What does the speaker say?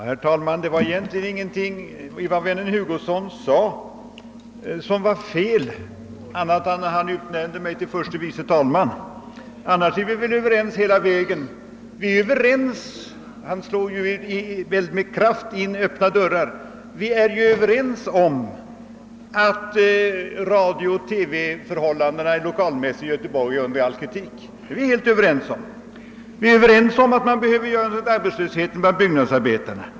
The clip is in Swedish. Herr talman! Egentligen var ingenting av vad herr Hugosson sade felaktigt annat än när han utnämnde mig till förste vice talman. I övrigt är vi väl överens hela vägen; herr Hugosson slår med kraft in öppna dörrar. Vi är helt ense om att lokalförhållandena för radio och TV i Göteborg är under all kritik, och vi är ense om att man behöver göra något åt arbetslösheten bland byggnadsarbetarna.